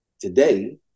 today